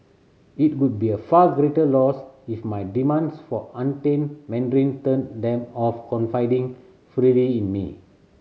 it would be a far greater loss if my demands for untainted Mandarin turned them off confiding freely in me